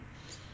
from East Point